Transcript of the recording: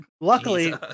Luckily